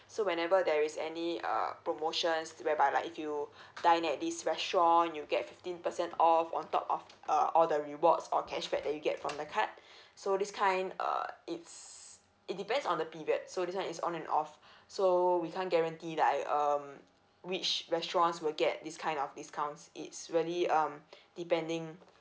so whenever there is any uh promotions whereby like if you dine at this restaurant you get fifteen percent off on top of uh all the rewards or cashback that you get from the card so this kind uh it's it depends on the period so this one is on and off so we can't guarantee like um which restaurants will get this kind of discounts it's really um depending